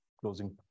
closing